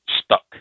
stuck